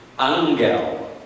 Angel